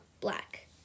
black